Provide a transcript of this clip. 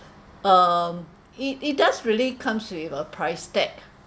um it it does really come with a price tag be it